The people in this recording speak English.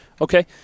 okay